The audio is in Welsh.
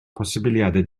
posibiliadau